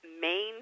main